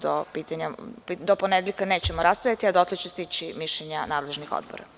Do ponedeljka nećemo raspraviti, a do tada će stići mišljenja nadležnih odbora.